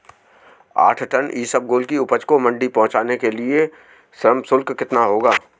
आठ टन इसबगोल की उपज को मंडी पहुंचाने के लिए श्रम शुल्क कितना होगा?